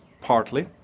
Partly